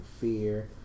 fear